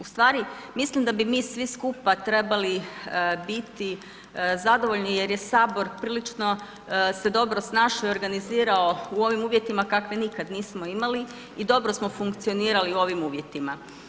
Ustvari mislim da bi mi svi skupa trebali biti zadovoljni jer je Sabor prilično se dobro snašao i organizirao u ovim uvjetima kakve nikad nismo imali i dobro smo funkcionirali u ovim uvjetima.